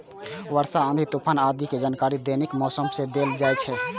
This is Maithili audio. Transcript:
वर्षा, आंधी, तूफान आदि के जानकारियो दैनिक मौसम मे देल जाइ छै